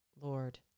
Lord